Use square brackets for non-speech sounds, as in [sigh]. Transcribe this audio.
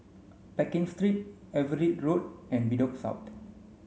Pekin Street Everitt Road and Bedok [unintelligible]